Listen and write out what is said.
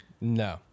No